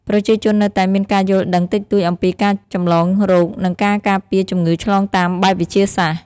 ប្រជាជននៅតែមានការយល់ដឹងតិចតួចអំពីការចម្លងរោគ និងការការពារជំងឺឆ្លងតាមបែបវិទ្យាសាស្ត្រ។